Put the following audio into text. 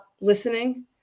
listening